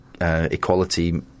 Equality